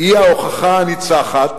היא ההוכחה הניצחת